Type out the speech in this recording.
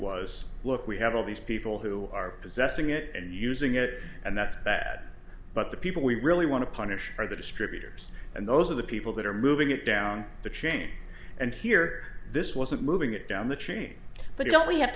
was look we have all these people who are possessing it and using it and that's bad but the people we really want to punish are the distributors and those are the people that are moving it down the chain and here this wasn't moving it down the chain but you don't we have